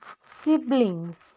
Siblings